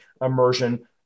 immersion